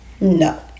No